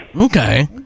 Okay